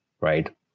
right